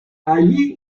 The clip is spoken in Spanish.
allí